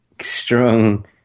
Strong